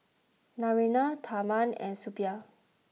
Naraina Tharman and Suppiah